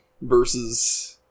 versus